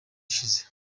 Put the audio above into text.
bishize